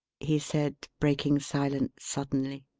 he said, breaking silence suddenly.